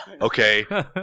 okay